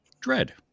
Dread